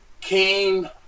came